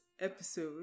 episode